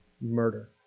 murder